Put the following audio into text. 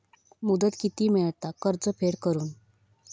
मुदत किती मेळता कर्ज फेड करून?